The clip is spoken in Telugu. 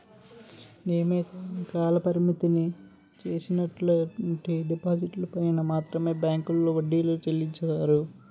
నియమిత కాలపరిమితికి చేసినటువంటి డిపాజిట్లు పైన మాత్రమే బ్యాంకులో వడ్డీలు చెల్లిస్తాయి